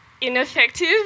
ineffective